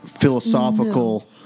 philosophical